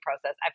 process